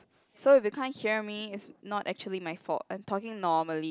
so if you can't hear me it's not actually my fault I'm talking normally